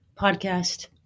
podcast